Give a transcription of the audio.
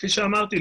כפי שאמרתי,